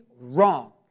wrong